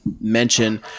mention